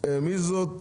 מי זאת